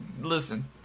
Listen